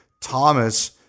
Thomas